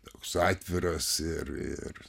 toks atviras ir ir